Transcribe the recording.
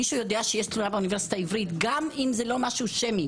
מי שיודע שיש תלונה באוניברסיטה העברית גם אם זה לא שמי,